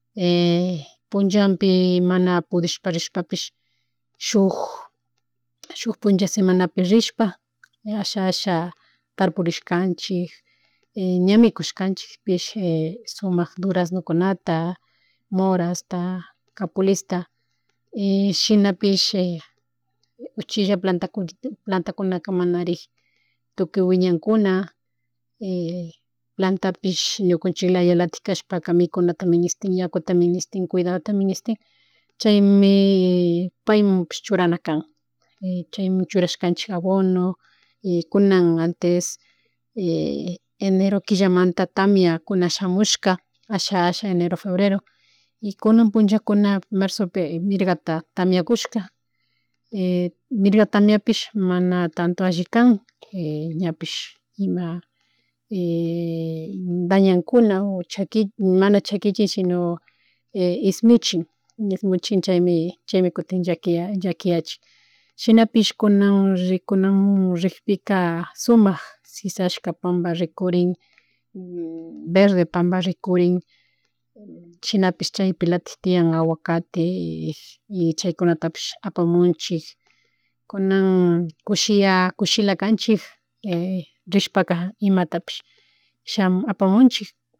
(-) Punllanpi mana pudishpa rishpapish shuk shuk punlla semanapi rishpa asha asha tarpurishkanchik ña mikushkanchikpish sumak durasnonukunata morasta, capulista y shinapish uchilla plantakunit plantakunaka manarig tukuy wiñankuna plantapish ñukanchiklayalatik kashpaka mikunata minishtin yakuta ministin, kuydado ministin chaymi paymunpish churaranakan chaymun churashkanchin abono y kunan antes, enero killamanta tamiakuna shamushka asha, ahsa, enero, febrero y kunan punllakuna marzopi mirgata tamiakushka mirga tamiapish mana tanto alli kan ñapish ima dañankuna o chaki mana chakishish sino ishmuchin, ishmunchin chaymi chaymi kutin, llaki llakiyachik, shinapish kuna rikunamun rickpika sumak sisaska pamba rikurin verde pandmba rikurin, shinapish chaypilatik tiya aguacate, y chaykunatapish apamunchik kunan kushila kanchik rishpaka imatapish shamun, apamunchik.